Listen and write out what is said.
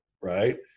right